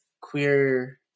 queer